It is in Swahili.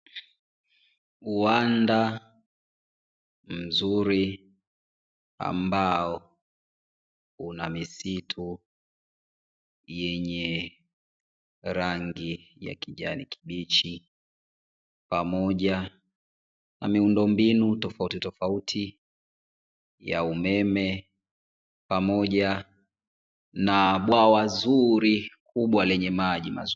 Uwanda mzuri ambao una misitu yenye rangi ya kijani kibichi pamoja na miundombinu tofautitofauti ya umeme, pamoja na bwawa zuri kubwa lenye maji mazuri.